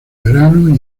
verano